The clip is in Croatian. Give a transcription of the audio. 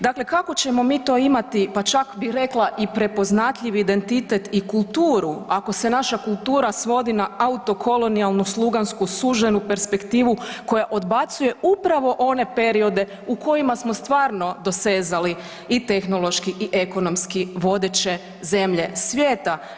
Dakle, kako ćemo mi to imati pa čak bi rekla i prepoznatljiv identitet i kulturu ako se naša kultura svodi na autokolonijalnu slugansko suženu perspektivu koja odbacuje upravo one periode u kojima smo stvarno dosezali i tehnološki i ekonomski vodeće zemlje svijeta?